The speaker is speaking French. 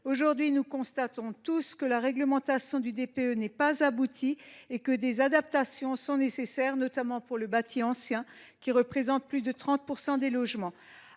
Aujourd’hui, nous constatons tous que la réglementation du DPE est inaboutie et que des adaptations sont nécessaires, notamment pour le bâti ancien, qui représente plus de 30 % des logements.